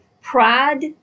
pride